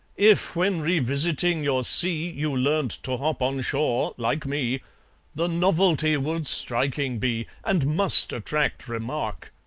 if, when revisiting your see, you learnt to hop on shore like me the novelty would striking be, and must attract remark.